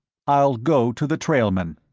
i'll go to the trailmen.